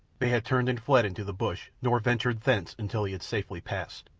they had turned and fled into the bush, nor ventured thence until he had safely passed.